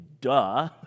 duh